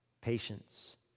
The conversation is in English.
patience